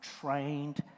trained